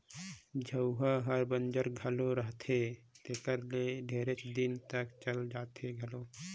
झउहा हर बंजर घलो रहथे तेकर ले ढेरे दिन तक चलथे घलो